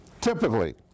Typically